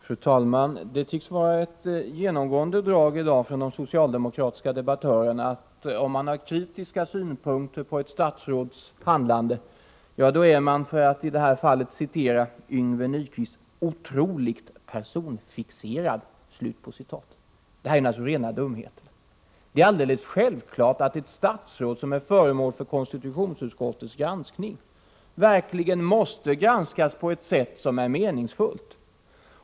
Fru talman! Det tycks vara ett genomgående drag hos de socialdemokratiska debattörerna i dag att anse att man om man har kritiska synpunkter på ett statsråds handlande är ”otroligt personfixerad”, för att i det här fallet citera Yngve Nyquist. Det är naturligtvis rena dumheterna. Det är alldeles självklart att ett statsråd som är föremål för konstitutionsutskottets granskning måste granskas på ett sätt som verkligen är meningsfullt.